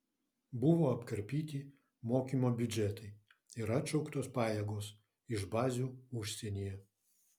buvo apkarpyti mokymo biudžetai ir atšauktos pajėgos iš bazių užsienyje